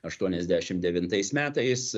aštuoniasdešim devintais metais